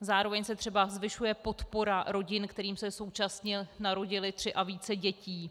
Zároveň se třeba zvyšuje podpora rodin, kterým se současně narodily tři a více dětí.